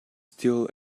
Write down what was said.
still